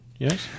Yes